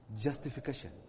Justification